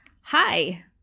Hi